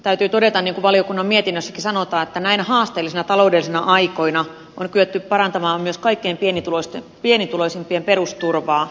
täytyy todeta niin kuin valiokunnan mietinnössäkin sanotaan että näinä haasteellisina taloudellisina aikoina on kyetty parantamaan myös kaikkein pienituloisimpien perusturvaa